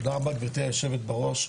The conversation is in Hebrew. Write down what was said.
גבירתי יושבת הראש.